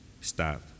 stop